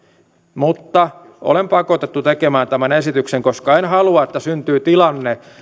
mutta olen pakotettu tekemään tämän esityksen koska en halua että syntyy tilanne